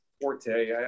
forte